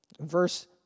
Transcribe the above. Verse